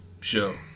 show